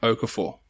Okafor